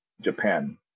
Japan